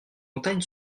montagne